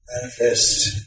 manifest